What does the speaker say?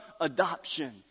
adoption